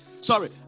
sorry